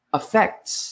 affects